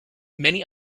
many